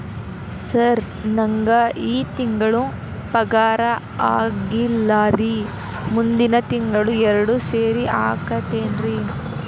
sir ನಂಗ ಈ ತಿಂಗಳು ಪಗಾರ ಆಗಿಲ್ಲಾರಿ ಮುಂದಿನ ತಿಂಗಳು ಎರಡು ಸೇರಿ ಹಾಕತೇನ್ರಿ